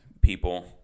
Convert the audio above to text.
people